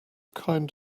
kind